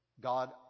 God